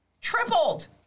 tripled